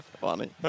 Funny